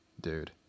dude